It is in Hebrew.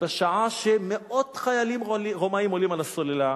ובשעה שמאות חיילים רומאים עולים על החומה,